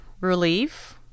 relief